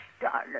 darling